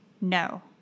No